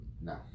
No